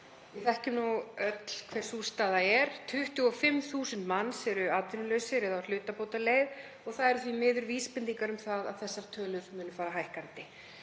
Við þekkjum öll hver sú staða er. 25.000 manns eru atvinnulausir eða á hlutabótaleið og það eru því miður vísbendingar um að þessar tölur muni fara hækkandi.